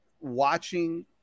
watching